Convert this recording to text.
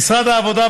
למשרד העבודה,